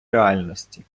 реальності